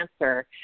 answer